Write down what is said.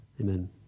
Amen